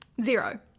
Zero